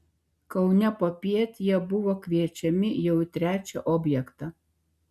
kaune popiet jie buvo kviečiami jau į trečią objektą